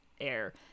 air